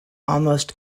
almost